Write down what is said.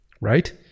Right